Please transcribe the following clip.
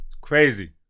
crazy